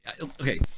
okay